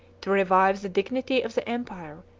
to revive the dignity of the empire,